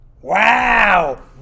Wow